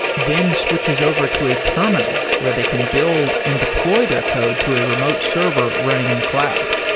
then switches over to a terminal where they can build and deploy their code to a remote server running in the cloud.